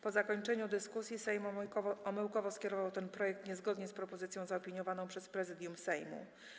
Po zakończeniu dyskusji Sejm omyłkowo skierował ten projekt niezgodnie z propozycją zaopiniowaną przez Prezydium Sejmu.